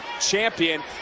champion